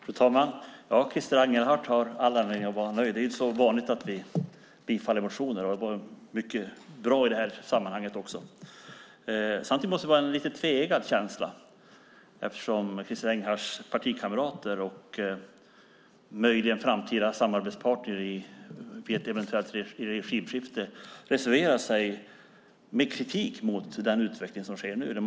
Fru talman! Christer Engelhardt har all anledning att vara nöjd. Det är inte så vanligt att vi bifaller motioner. Det är mycket bra i det här sammanhanget. Samtidigt måste det vara en lite tveeggad känsla, eftersom Christer Engelhardts partikamrater och möjliga framtida samarbetspartner vid ett eventuellt regimskifte reserverar sig med kritik mot den utveckling som nu sker.